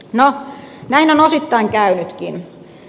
no näin on osittain käynytkin